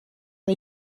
mir